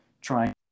trying